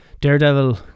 Daredevil